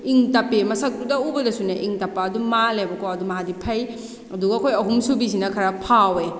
ꯏꯪ ꯇꯞꯄꯤ ꯃꯁꯛꯇꯨꯇ ꯎꯕꯗꯁꯨ ꯏꯪ ꯇꯞꯄ ꯑꯗꯨꯝ ꯃꯥꯜꯂꯦꯕ ꯀꯣ ꯑꯗꯨ ꯃꯥꯗꯤ ꯐꯩ ꯑꯗꯨꯒ ꯑꯩꯈꯣꯏ ꯑꯍꯨꯝ ꯁꯨꯕꯤꯁꯤꯅ ꯈꯔ ꯐꯥꯎꯑꯦ